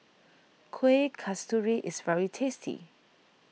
Kueh Kasturi is very tasty